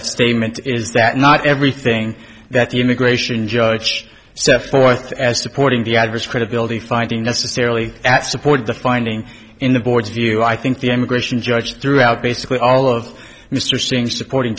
statement is that not everything that the immigration judge so forth as supporting the adverse credibility finding necessarily at support the finding in the board's view i think the immigration judge threw out basically all of mr singh supporting